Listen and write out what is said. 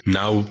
now